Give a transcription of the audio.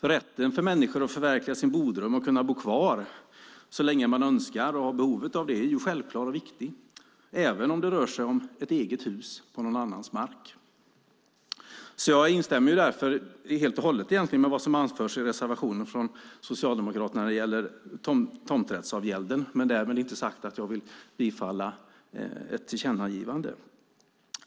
Rätten för människor att förverkliga sin bodröm och kunna bo kvar så länge de önskar och har behov av det är självklar och viktig, även om det rör sig om ett eget hus på någon annans mark. Jag instämmer därför egentligen helt och hållet med vad som anförs i reservationen från Socialdemokraterna när det gäller tomträttsavgälden. Därmed inte sagt att jag vill yrka bifall till ett tillkännagivande.